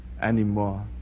anymore